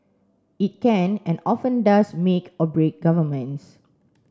it can and often does make or break governments